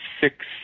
six